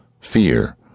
fear